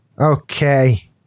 okay